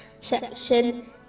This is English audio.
section